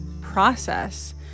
process